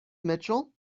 mitchell